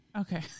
okay